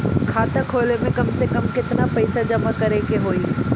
खाता खोले में कम से कम केतना पइसा जमा करे के होई?